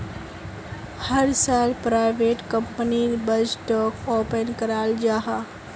हर साल प्राइवेट कंपनीर बजटोक ओपन कराल जाहा